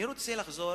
אני רוצה לחזור